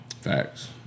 Facts